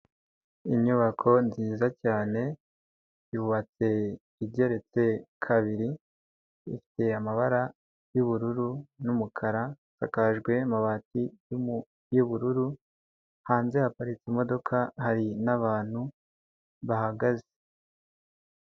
Inyubako nziza cyane yubatse igeretse kabiri ifite amabara y'ubururu n'umukara isakajwe amabati y'ubururu, hanze haparitse imodoka hari nabantu bahagaze.